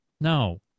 no